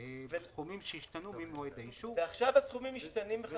וסכומים שישתנו ממועד האישור, וזו